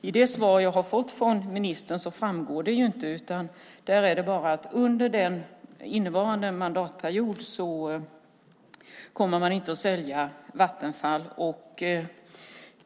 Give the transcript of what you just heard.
I det svar jag har fått från ministern framgår det inte, utan där är det bara att under innevarande mandatperiod kommer man inte att sälja Vattenfall.